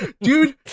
Dude